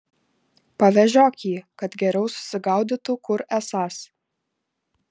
pavežiok jį kad geriau susigaudytų kur esąs